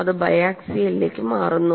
ഇത് ബയാക്സിയലിലേക്ക് മാറുന്നു